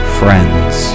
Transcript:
friends